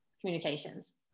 communications